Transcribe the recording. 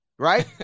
Right